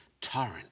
torrent